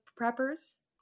preppers